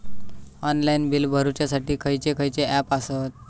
Online bill भरुच्यासाठी खयचे खयचे ऍप आसत?